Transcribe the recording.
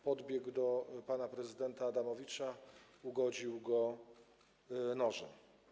Podbiegł do pana prezydenta Adamowicza, ugodził go nożem.